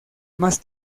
más